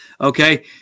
okay